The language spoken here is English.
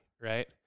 Right